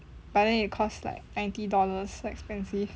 but then it cost like ninety dollars so expensive